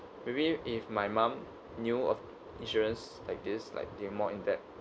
maybe if my mom knew of insurance like this like the more in depth